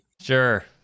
Sure